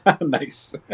Nice